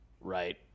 right